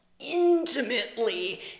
intimately